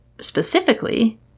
specifically